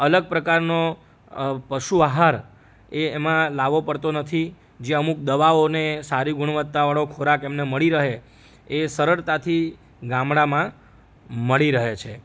અલગ પ્રકારનો પશુ આહાર એ એમાં લાવો પડતો નથી જે અમુક દવાઓને સારી ગુણવતા વાળો ખોરાક એમને મળી રહે એ સરળતાથી ગામડામાં મળી રહે છે